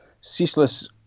ceaseless